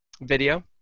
video